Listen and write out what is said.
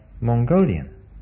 Mongolian